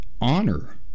honor